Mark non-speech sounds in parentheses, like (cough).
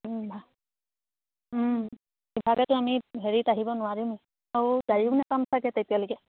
(unintelligible) ইভাগেতো আমি হেৰিত আহিব নোৱাৰিম আৰু গাড়ীও নেপাম চাগে তেতিয়ালৈকে